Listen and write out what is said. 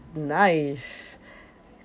nice